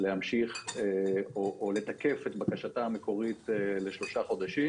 להמשיך או לתקף את בקשתה המקורית לשלושה חודשים.